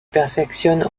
perfectionne